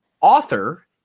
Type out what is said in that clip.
author